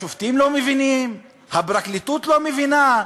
השופטים לא מבינים, הפרקליטות לא מבינה,